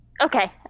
Okay